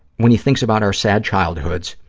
when he thinks about our sad childhoods,